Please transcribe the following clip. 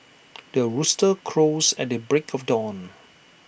the rooster crows at the break of dawn